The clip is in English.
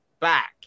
back